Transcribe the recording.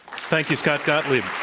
thank you, scott gottlieb.